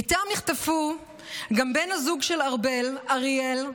איתם נחטפו גם בן הזוג של ארבל, אריאל,